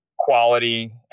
quality